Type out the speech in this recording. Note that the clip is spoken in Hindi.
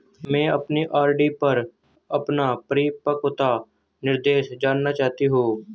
मैं अपनी आर.डी पर अपना परिपक्वता निर्देश जानना चाहती हूँ